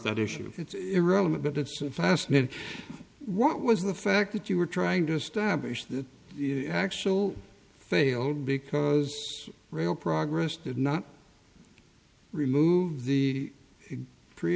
that issue it's irrelevant but it's fascinating what was the fact that you were trying to establish that the actual fail because real progress did not remove the pre